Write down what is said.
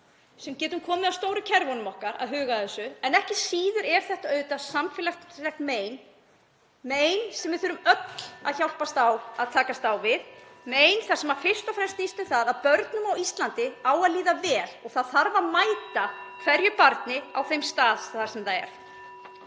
sem getum komið að stóru kerfunum okkar að huga að þessu en ekki síður er þetta auðvitað samfélagslegt mein, (Forseti hringir.) mein sem við þurfum öll að hjálpast að við að takast á við, mein sem fyrst og fremst snýst um það að börnum á Íslandi á að líða vel og það þarf að mæta hverju barni á þeim stað sem það er.